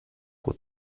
pro